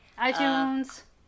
iTunes